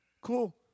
cool